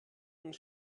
und